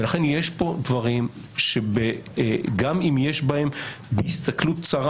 לכן יש כאן דברים שגם אם יש בהם בהסתכלות צרה